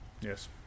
Yes